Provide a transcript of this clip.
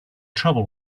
trouble